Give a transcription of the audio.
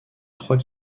trois